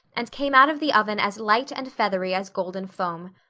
and came out of the oven as light and feathery as golden foam.